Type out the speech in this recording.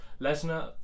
Lesnar